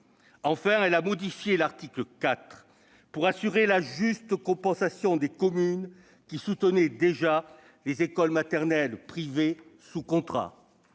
Enfin, elle a modifié l'article 4 pour assurer la juste compensation des communes qui soutenaient déjà les écoles maternelles privées sous contrat.